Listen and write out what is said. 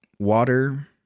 water